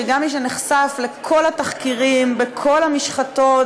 שגם מי שנחשף לכל התחקירים בכל המשחטות